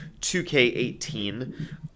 2K18